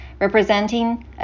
representing